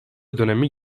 dönemi